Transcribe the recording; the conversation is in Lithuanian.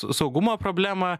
saugumo problemą